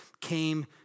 came